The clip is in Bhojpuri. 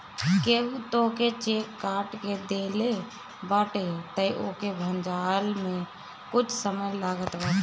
केहू तोहके चेक काट के देहले बाटे तअ ओके भजला में कुछ समय लागत बाटे